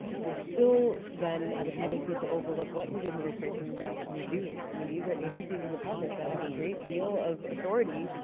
they still then have a tendency to overlook what his administration is actually doing. i mean these are agencies and departments that have a great deal of authority,